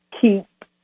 keep